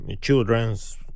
children's